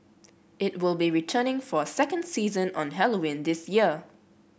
it will be returning for a second season on Halloween this year